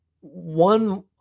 one